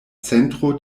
centro